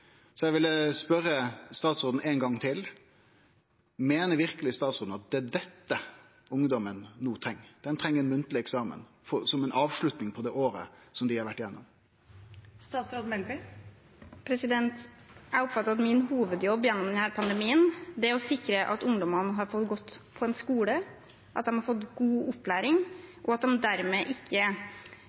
Så eg vil spørje statsråden ein gong til: Meiner verkeleg statsråden at det er dette ungdomen no treng, at dei treng ein munnleg eksamen som ei avslutning på det året som dei har vore igjennom? Jeg oppfatter at min hovedjobb gjennom denne pandemien er å sikre at ungdommene har fått gått på en skole, at de har fått god opplæring, og at de dermed